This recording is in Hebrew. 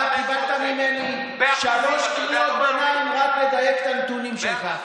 אתה קיבלת ממני שלוש קריאות ביניים רק לדייק את הנתונים שלך,